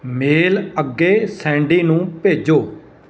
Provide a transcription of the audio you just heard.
ਮੇਲ ਅੱਗੇ ਸੈਂਡੀ ਨੂੰ ਭੇਜੋ